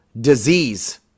disease